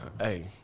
Hey